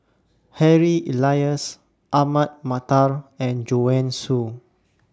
Harry Elias Ahmad Mattar and Joanne Soo